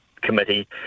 Committee